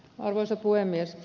arvoisa puhemies